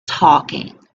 talking